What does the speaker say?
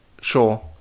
Sure